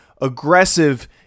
aggressive